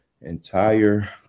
entire